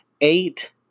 eight